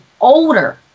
older